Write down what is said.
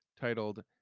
titled